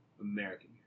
American